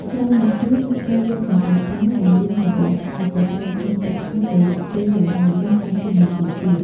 ក្រោយមកទៀត អ្នកត្រូវយកសណ្ដែកបាយ ដែលលាងសំបកស្អាត ទៅត្រាំក្នុងទឹកស្អាតរយៈពេលយ៉ាងហោចណាស់ ៣០ នាទីទៀត។